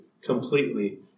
completely